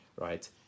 right